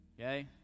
okay